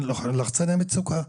לחצני מצוקה.